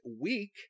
week